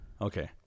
okay